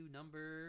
number